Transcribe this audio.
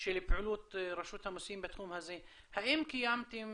של פעילות רשות המסים בתחום הזה, האם קיימתם